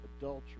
adultery